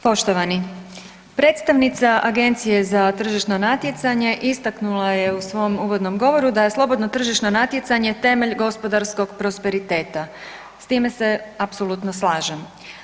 Poštovani, predstavnica Agencije za tržišno natjecanje istaknula je u svom uvodnom govoru da je slobodno tržišno natjecanje temelj gospodarskog prosperiteta, s time se apsolutno slažem.